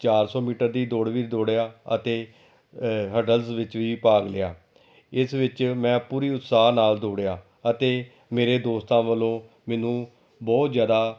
ਚਾਰ ਸੌ ਮੀਟਰ ਦੀ ਦੌੜ ਵੀ ਦੌੜਿਆ ਅਤੇ ਹਰਡਲਸ ਵਿੱਚ ਵੀ ਭਾਗ ਲਿਆ ਇਸ ਵਿੱਚ ਮੈਂ ਪੂਰੀ ਉਤਸ਼ਾਹ ਨਾਲ ਦੌੜਿਆ ਅਤੇ ਮੇਰੇ ਦੋਸਤਾਂ ਵੱਲੋਂ ਮੈਨੂੰ ਬਹੁਤ ਜ਼ਿਆਦਾ